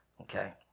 Okay